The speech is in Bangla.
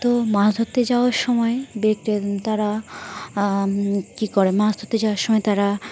তো মাছ ধরতে যাওয়ার সময় ব তারা কী করে মাছ ধরতে যাওয়ার সময় তারা